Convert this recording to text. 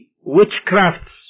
witchcrafts